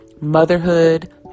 motherhood